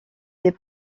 des